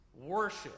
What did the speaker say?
worship